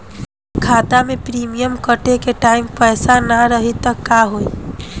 खाता मे प्रीमियम कटे के टाइम पैसा ना रही त का होई?